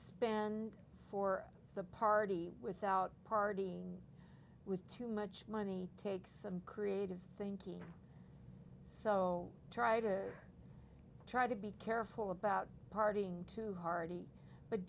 spend for the party without a party with too much money take some creative thinking so try to try to be careful about partying too hard but